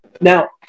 Now